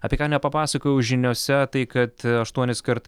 apie ką nepapasakojau žiniose tai kad aštuoniskart